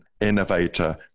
innovator